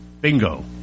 bingo